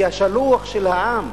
השלוחה של העם,